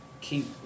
keep